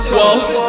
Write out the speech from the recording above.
Whoa